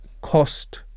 cost